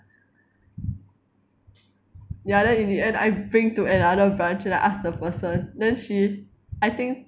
ya then in the end I bring to another branch then I ask the person then she I think